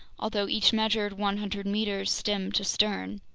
although each measured one hundred meters stem to stern.